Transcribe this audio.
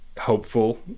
hopeful